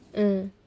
mm